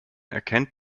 erkennt